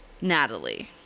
Natalie